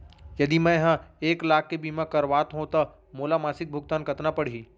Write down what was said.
यदि मैं ह एक लाख के बीमा करवात हो त मोला मासिक भुगतान कतना पड़ही?